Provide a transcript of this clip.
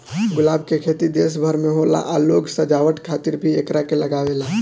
गुलाब के खेती देश भर में होला आ लोग सजावट खातिर भी एकरा के लागावेले